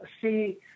see